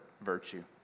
virtue